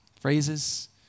phrases